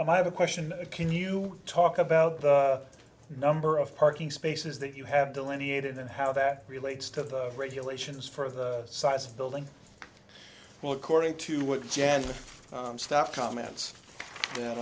and i have a question can you talk about the number of parking spaces that you have delineated and how that relates to the regulations for the size of building well according to what jan staff comments